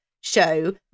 show